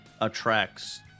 attracts